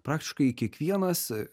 praktiškai kiekvienas